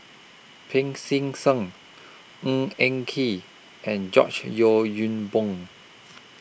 Pancy Seng Ng Eng Kee and George Yeo Yong Boon